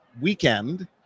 weekend